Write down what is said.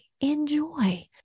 enjoy